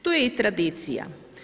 Tu je i tradicija.